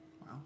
Wow